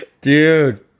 Dude